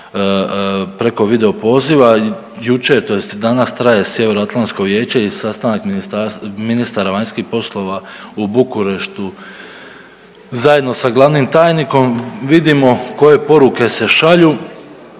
preko video poziva. Jučer tj. danas traje Sjeveroatlantsko vijeće i sastanak ministara vanjskih poslova u Bukureštu zajedno sa glavnim tajnikom, vidimo koje poruke se šalju,